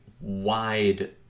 wide